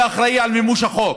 יהיה אחראי למימוש החוק,